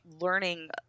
learning